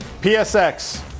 PSX